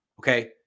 okay